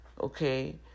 Okay